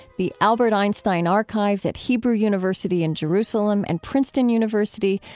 the albert einstein archives at hebrew university in jerusalem and princeton university,